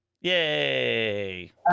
Yay